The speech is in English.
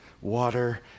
water